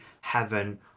heaven